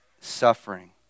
suffering